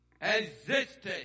existed